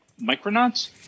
Micronauts